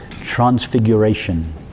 transfiguration